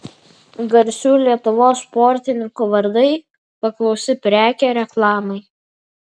garsių lietuvos sportininkų vardai paklausi prekė reklamai